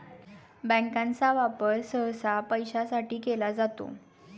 बँकांचा वापर सहसा पैशासाठी केला जातो